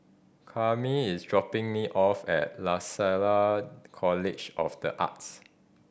Karyme is dropping me off at Lasalle College of The Arts